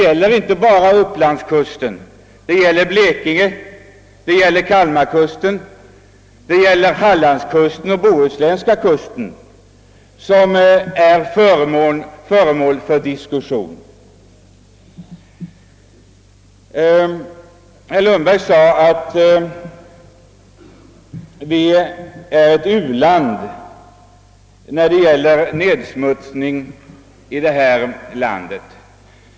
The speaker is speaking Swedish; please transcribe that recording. Det är inte bara upplandskusten utan också blekingekusten, kalmarkusten, hallandskusten och den bohusländska kusten som är föremål för diskussion. Herr Lundberg sade att Sverige är ett u-land när det gäller vattennedsmutsning.